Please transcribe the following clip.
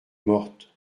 morte